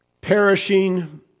perishing